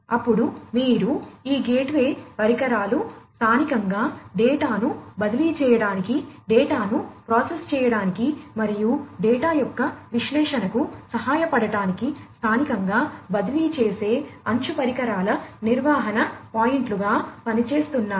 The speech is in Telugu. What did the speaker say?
అప్పుడు మీరు ఈ గేట్వే పరికరాలు స్థానికంగా డేటాను బదిలీ చేయడానికి డేటాను ప్రాసెస్ చేయడానికి మరియు డేటా యొక్క విశ్లేషణకు సహాయపడటానికి స్థానికంగా బదిలీ చేసే అంచు పరికరాల నిర్వహణ పాయింట్లుగా పనిచేస్తున్నాయి